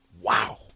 Wow